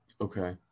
Okay